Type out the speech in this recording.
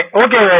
okay